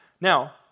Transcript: Now